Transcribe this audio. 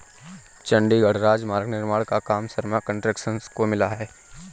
चंडीगढ़ राजमार्ग निर्माण का काम शर्मा कंस्ट्रक्शंस को मिला है